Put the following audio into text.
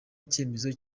icyemezo